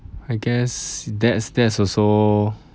I guess that's that's also